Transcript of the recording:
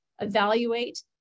evaluate